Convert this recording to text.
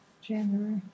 January